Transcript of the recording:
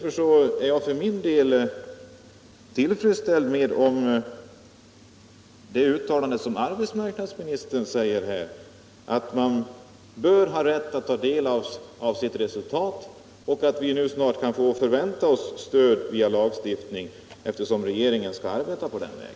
Därför är jag för min del tillfredsställd med det uttalande som arbetsmarknadsministern gör här — att den som testas bör ha rätt att ta del av sitt resultat och att vi nu snart kan förvänta oss stöd för detta — Nr 116 via lagstiftning, eftersom regeringen skall arbeta på den vägen.